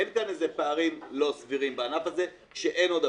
אין כאן איזה פערים לא סבירים בענף הזה כשאין עודפים.